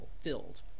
filled